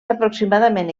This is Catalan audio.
aproximadament